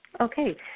Okay